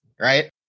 right